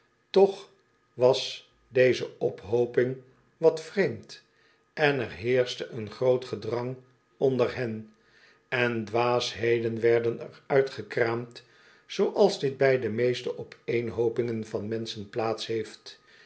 toch was deze opeenhooping wat vreemd en er heerschte een groot gedrang onder hen en dwaasheden werden er uitgekraamd zooals dit bij de meeste opeenhoopingen van menschen plaats heeft